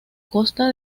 costa